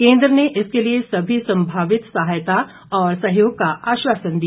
केंद्र ने इसके लिए सभी संभावित सहायता और सहयोग का आश्वासन दिया